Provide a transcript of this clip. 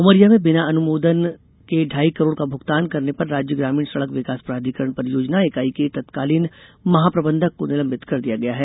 उमरिया में बिना अनुमोदन के ढ़ाई करोड़ का भुगतान करने पर राज्य ग्रामीण सड़क विकास प्राधिकरण परियोजना इकाई के तत्कालीन महाप्रबंधक को निलंबित कर दिया गया है